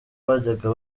bajyaga